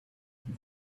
than